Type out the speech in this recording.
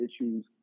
issues